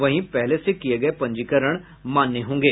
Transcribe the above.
वहीं पहले से किए गए पंजीकरण मान्य होंगे